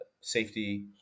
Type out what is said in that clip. safety